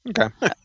Okay